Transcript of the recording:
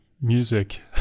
music